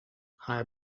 haar